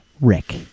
Rick